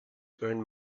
earn